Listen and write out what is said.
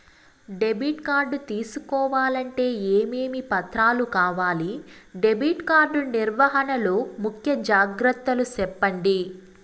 Debit card తీసుకోవాలంటే ఏమేమి పత్రాలు కావాలి? డెబిట్ కార్డు నిర్వహణ లో ముఖ్య జాగ్రత్తలు సెప్పండి?